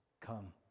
come